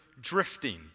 drifting